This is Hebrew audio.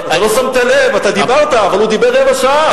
אתה לא שמת לב, אתה דיברת, אבל הוא דיבר רבע שעה.